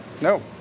no